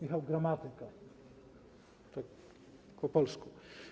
Michał Gramatyka, tak po polsku.